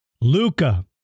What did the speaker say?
Luca